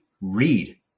read